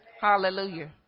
Hallelujah